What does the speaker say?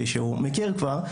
שהוא מכיר כבר.